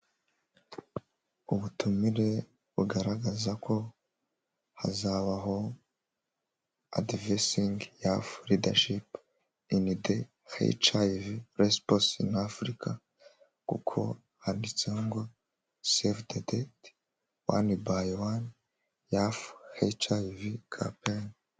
Ubutumire bugaragaza ko hazabaho Advancing youth leadership in the HIV responce in Africa kuko handitse cyangwa save the date one by HIV campaign.